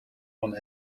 van